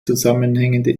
zusammenhängende